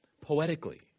poetically